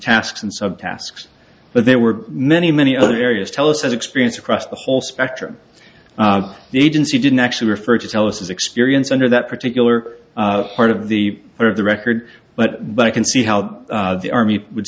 tasks and subtasks but there were many many other areas tell us as experience across the whole spectrum the agency didn't actually refer to tell us his experience under that particular part of the of the record but but i can see how the army would